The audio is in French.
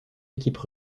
équipes